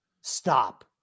Stop